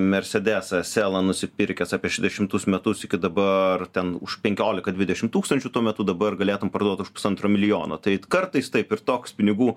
mersedesą selą nusipirkęs apie šešiasdešimtus metus iki dabar ten už penkiolika dvidešimt tūkstančių tuo metu dabar galėtum parduot už pusantro milijono tai kartais taip ir toks pinigų